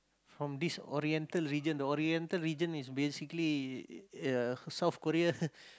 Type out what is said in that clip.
from this oriental region the oriental region is basically South-Korea